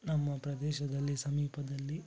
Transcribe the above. ನಮ್ಮ ಪ್ರದೇಶದಲ್ಲಿ ಸಮೀಪದಲ್ಲಿ